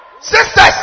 Sisters